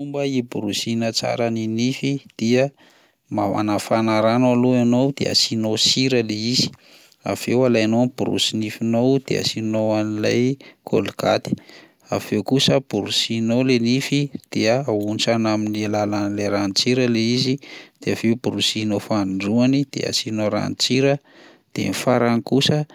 Fomba hiborosoana tsara ny nify dia ma- manafana rano aloha ianao dia asianao sira le izy, avy eo alainao ny borosy nifinao dia asianao an'ilay côlgaty, avy eo kosa borosianao lay nify dia ahontsana amin'ny alalan'lay ranon-tsira lay izy de avy eo borosianao fanindroany de asianao ranon-tsira, de ny farany kosa